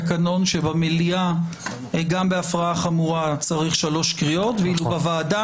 שבמליאה גם בהפרה חמורה צריך שלוש קריאות ושבוועדה